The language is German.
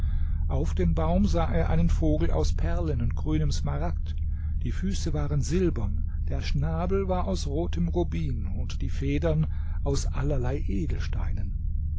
auf dem baum sah er einen vogel aus perlen und grünem smaragd die füße waren silbern der schnabel war aus rotem rubin und die federn aus allerlei edelsteinen